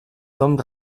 tomb